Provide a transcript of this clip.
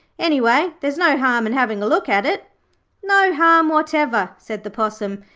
anyway, there's no harm in having a look at it no harm whatever said the possum,